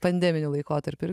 pandeminiu laikotarpiu